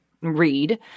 read